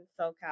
SoCal